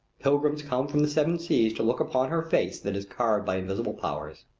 pilgrims come from the seven seas to look upon her face that is carved by invisible powers.